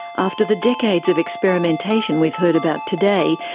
after the decades of experimentation we've heard about today,